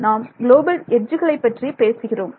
நாம் குளோபல் எட்ஜுகளைப் பற்றி பேசுகிறோம்